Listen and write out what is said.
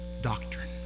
doctrine